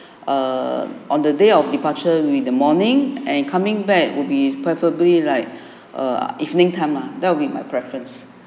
err on the day of departure with the morning and coming back will be preferably like err evening time lah that will be my preference